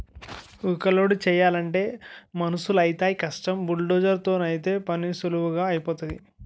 ఊక లోడు చేయలంటే మనుసులైతేయ్ కష్టం బుల్డోజర్ తోనైతే పనీసులువుగా ఐపోతాది